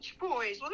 Boys